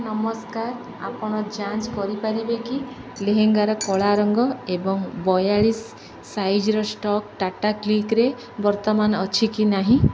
ନମସ୍କାର ଆପଣ ଯାଞ୍ଚ କରିପାରିବେ କି ଲେହେଙ୍ଗାର କଳା ରଙ୍ଗ ଏବଂ ବୟାଳିଶ ସାଇଜ୍ର ଷ୍ଟକ୍ ଟାଟା କ୍ଲିକ୍ରେ ବର୍ତ୍ତମାନ ଅଛି କି ନାହିଁ